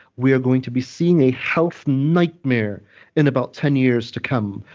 we are going to be seeing a health nightmare in about ten years to come.